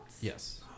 yes